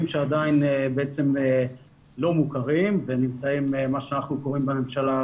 שעדיין בעצם לא מוכרים והם נמצאים במה שאנחנו קוראים בממשלה,